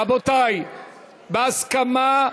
רבותי, בהסכמה,